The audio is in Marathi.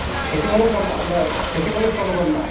शेतीमध्येच चालू आपलं शेतीमध्येच चालू करणार आहे